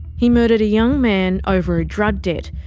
he murdered a young man over a drug debt,